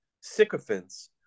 sycophants